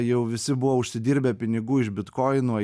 jau visi buvo užsidirbę pinigų iš bitkoinų